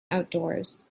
outdoors